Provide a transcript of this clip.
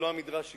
ולא המדרש עיקר,